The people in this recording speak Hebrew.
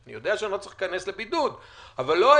אני יודע שאני לא צריך להיכנס לבידוד אבל בשבועיים